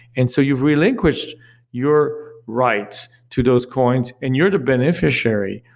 and so you've relinquished your rights to those coins and you're the beneficiary,